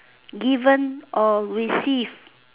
given or received